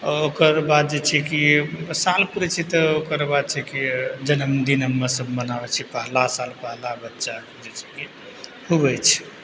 आ ओकरबाद जे छै कि साल पुरै छै तऽ ओकरबाद छै कि जनमदिन हमे सब मनाबै छियै पहला साल पहला बच्चा जे छिके हुए छै